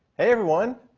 everyone.